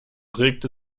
regte